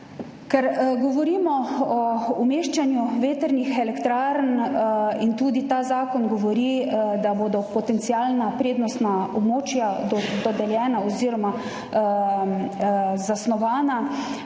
Ker govorimo o umeščanju vetrnih elektrarn in tudi ta zakon govori, da bodo dodeljena potencialna prednostna območja oziroma zasnovana